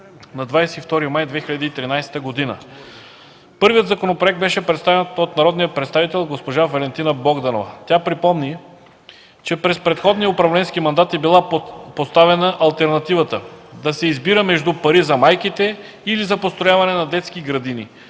на 22 май 2013 г. Първият законопроект беше представен от народния представител госпожа Валентина Богданова. Тя припомни, че през предходния управленски мандат е била поставена алтернативата – да се избира между пари за майките или за построяване на детски градини,